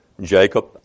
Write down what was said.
Jacob